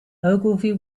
ogilvy